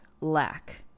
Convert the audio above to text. lack